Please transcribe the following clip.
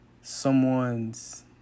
someone's